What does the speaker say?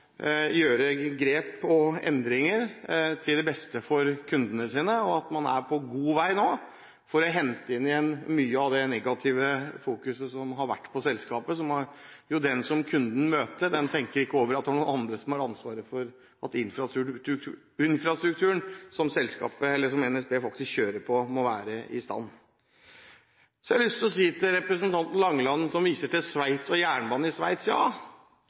gjøre endringer til det beste for kundene sine, og at man nå er på god vei til å hente inn mye av det negative fokuset som har vært på selskapet – som er det som kunden møter; han tenker ikke over at det er noen andre som har ansvaret for at infrastrukturen som NSB kjører på, må være i stand. Så har jeg lyst til å si til representanten Langeland som viser til Sveits og jernbanen i Sveits,